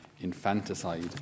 infanticide